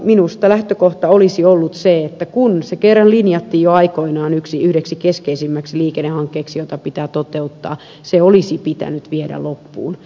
minusta lähtökohta olisi ollut se että kun se kerran linjattiin jo aikoinaan yhdeksi keskeisimmäksi liikennehankkeeksi joka pitää toteuttaa se olisi pitänyt viedä loppuun